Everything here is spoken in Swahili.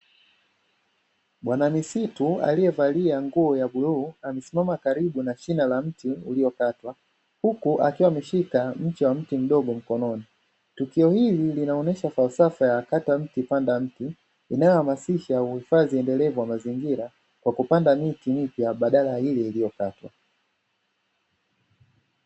Bwanmisitu aliyevalia nguo ya bluu amesimama karibu na shina la mti uliokatwa, huku akiwa ameshika mche wa mti mdogo mkononi. Tukio hili linaonesha falsafa ya kata mti panda mti, inayohamasisha uhifadhi endelevu wa mazingira kwa kupanda miti mipya badala ya iliyokatwa.